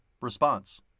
response